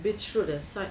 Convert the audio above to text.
beach road that side